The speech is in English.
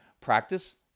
practice